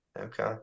Okay